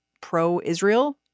pro-Israel